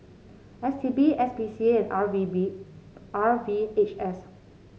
S T B S P C A and R V B R V H S